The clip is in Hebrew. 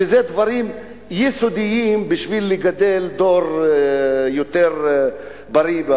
שזה דברים יסודיים בשביל לגדל דור יותר בריא.